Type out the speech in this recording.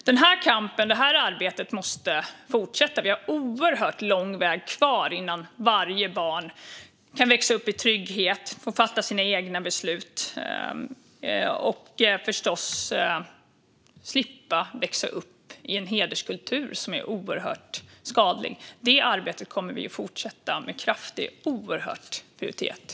Denna kamp och detta arbete måste fortsätta. Vi har lång väg kvar innan varje barn kan växa upp i trygghet, fatta sina egna beslut och slippa skadlig hederskultur. Vi kommer med kraft att fortsätta detta arbete, för det är oerhört prioriterat.